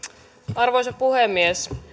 arvoisa puhemies